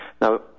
Now